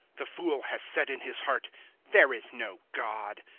the fool has said in his heart there is no g-od.